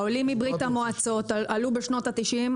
העולים מברית המועצות עלו בשנות ה-90,